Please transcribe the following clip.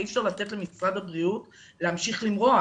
אי אפשר לאפשר למשרד הבריאות להמשיך למרוח.